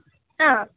ആ